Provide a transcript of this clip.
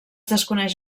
desconeix